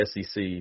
SEC